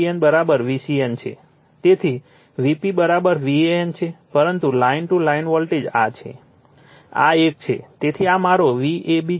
તેથી Vp VAN છે પરંતુ લાઇન ટુ લાઇન વોલ્ટેજ આ છે આ એક છે તેથી આ મારો Vab છે